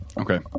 Okay